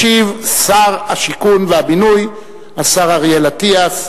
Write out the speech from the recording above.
ישיב שר השיכון והבינוי, השר אריאל אטיאס.